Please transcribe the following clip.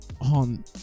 on